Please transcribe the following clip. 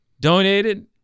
donated